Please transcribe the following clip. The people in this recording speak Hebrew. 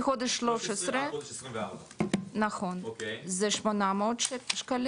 מחודש 13 עד תום שנה רביעית: 400 שקל